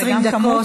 20 דקות לרשותך.